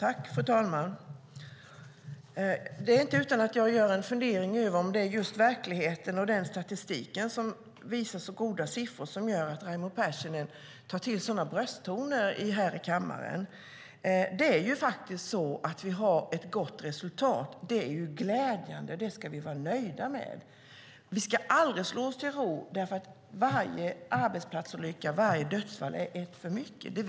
Fru talman! Det är inte utan att jag funderar om det är verkligheten och den statistik som visar så goda siffror som gör att Raimo Pärssinen tar till sådana brösttoner i kammaren. Vi har faktiskt ett gott resultat, vilket är glädjande och något vi ska vara nöjda med. Vi ska aldrig slå oss till ro, för varje arbetsplatsolycka, varje dödsfall, är ett för mycket.